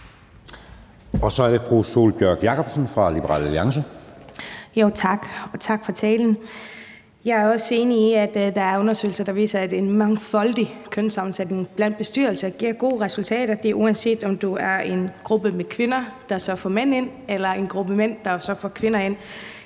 Så er det fru Sólbjørg Jakobsen fra Liberal Alliance. Kl. 17:33 Sólbjørg Jakobsen (LA): Tak. Og tak for talen. Jeg er også enig i, at der er undersøgelser, der viser, at en mangfoldig kønssammensætning i bestyrelser giver gode resultater, og det er, uanset om der er tale om en gruppe kvinder, der får mænd ind, eller en gruppe mænd, der får kvinder ind.